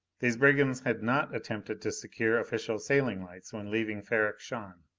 these brigands had not attempted to secure official sailing lights when leaving ferrok-shahn.